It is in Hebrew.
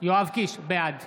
בעד